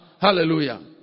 hallelujah